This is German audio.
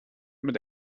mit